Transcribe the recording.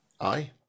Aye